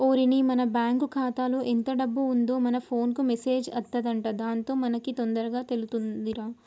ఓరిని మన బ్యాంకు ఖాతాలో ఎంత డబ్బు ఉందో మన ఫోన్ కు మెసేజ్ అత్తదంట దాంతో మనకి తొందరగా తెలుతుందిరా